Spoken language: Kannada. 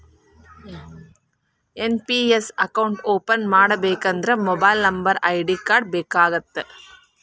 ಎನ್.ಪಿ.ಎಸ್ ಅಕೌಂಟ್ ಓಪನ್ ಮಾಡಬೇಕಂದ್ರ ಮೊಬೈಲ್ ನಂಬರ್ ಐ.ಡಿ ಕಾರ್ಡ್ ಬೇಕಾಗತ್ತಾ?